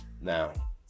Now